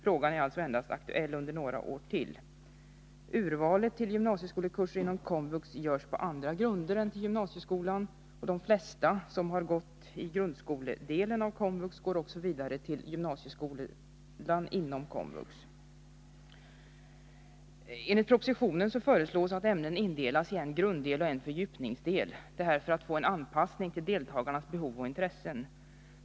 Frågan är alltså endast aktuell under några år till. Urval till gymnasieskolekurser inom KOMVUX görs på andra grunder än till gymnasieskolan, och de flesta som har gått i grundskoledelen av KOMVUX går också vidare till gymnasieskolan inom KOMVUX. fördjupningsdel — detta för att få en anpassning till deltagarnas behov och intressen.